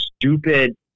stupid